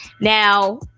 Now